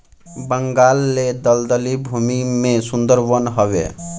बंगाल ले दलदली भूमि में सुंदर वन हवे